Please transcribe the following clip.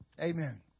Amen